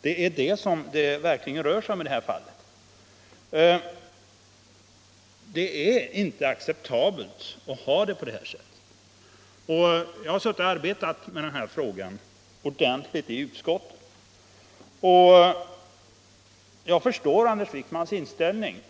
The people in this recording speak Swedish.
Det är vad det rör sig om i det här fallet. Det är inte acceptabelt som det nu är. Jag har arbetat ordentligt med den här frågan i utskottet, och jag förstår Anders Wiikmans inställning.